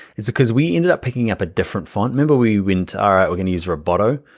it's because we ended up picking up a different font. remember we went, all right, we're gonna use roboto.